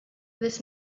this